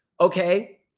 okay